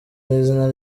n’izina